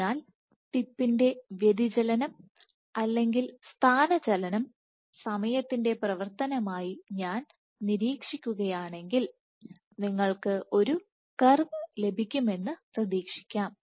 അതിനാൽ ടിപ്പിന്റെ വ്യതിചലനം അല്ലെങ്കിൽ സ്ഥാനചലനം സമയത്തിന്റെ പ്രവർത്തനമായി ഞാൻ നിരീക്ഷിക്കുകയാണെങ്കിൽ നിങ്ങൾക്ക് ഒരു കർവ് ലഭിക്കുമെന്ന് പ്രതീക്ഷിക്കാം